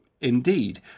indeed